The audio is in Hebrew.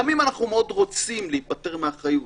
גם אם אנחנו מאוד רוצים, להיפטר מאחריות